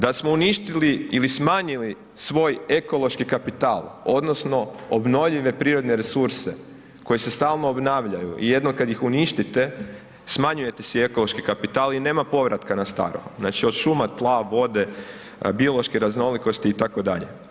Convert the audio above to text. Da smo uništili ili smanjili svoj ekološki kapital odnosno obnovljive prirodne resurse koji se stalno obnavljaju i jednom kad ih uništite, smanjujete si ekološki kapital i nema povratka na staro, znači od šuma, tla, vode, biološke raznolikosti itd.